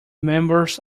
members